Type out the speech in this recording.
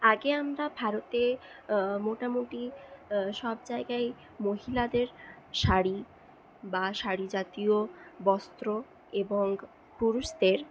আগে আমরা ভারতে মোটামুটি সব জায়গায় মহিলাদের শাড়ি বা শাড়িজাতীয় বস্ত্র এবং পুরুষদের